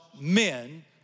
men